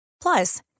Plus